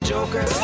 Joker